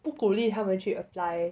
不鼓励他们去 apply